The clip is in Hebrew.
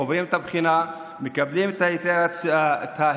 עוברים את הבחינה ומקבלים את ההיתר הזמני.